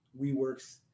WeWorks